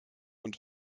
und